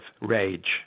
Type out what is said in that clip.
rage